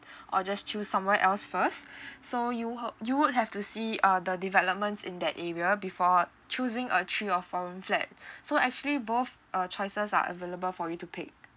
or just choose somewhere else first so you h~ you would have to see uh the developments in that area before choosing a three or four room flat so actually both uh choices are available for you to pick